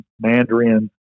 Mandarin